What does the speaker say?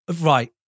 right